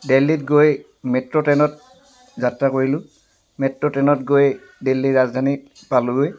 দেলহিত গৈ মেট্ৰ' ট্ৰে'নত যাত্ৰা কৰিলো মেট্ৰ' ট্ৰে'নত গৈ দেলহি ৰাজধানী পালোগৈ